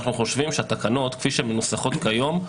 אנחנו חושבים שהתקנות כפי שהן מנוסחות כיום,